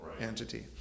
entity